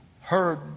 heard